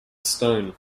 stone